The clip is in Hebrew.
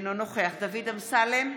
אינו נוכח דוד אמסלם,